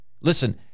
listen